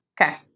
Okay